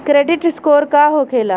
Credit score का होखेला?